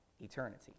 eternity